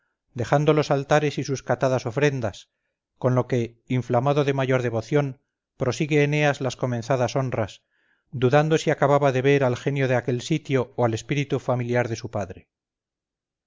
dejando los altares y sus catadas ofrendas con lo que inflamado de mayor devoción prosigue eneas las comenzadas honras dudando si acababa de ver al genio de aquel sitio o al espíritu familiar de su padre